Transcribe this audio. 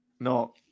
No